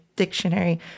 dictionary